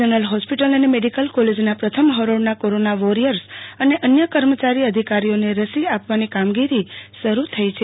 general hospital અને medical કોલેજના પ્રથમ હરીળના કોરોના વોરિથર્સ અને અન્ય કર્મચારી અધિકારીઓને રસી આપવાની કામગીરી શરૂ થઈ છે